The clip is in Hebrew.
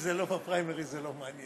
זה לא בפריימריז, זה לא מעניין.